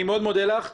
אני מאוד מודה לך.